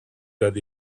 that